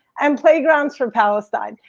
and playgrounds for palestine.